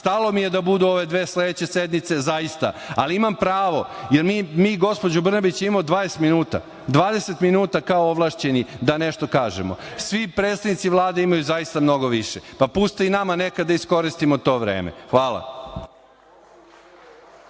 stalo mi je da budu ove dve sledeće sednice zaista. Ali, imam pravo, jer mi, gospođo Brnabić, imamo 20 minuta, 20 minuta kao ovlašćeni da nešto kažemo. Svi predstavnici Vlade imaju zaista mnogo više. Dopustite i nama nekad da iskoristimo to vreme. Hvala.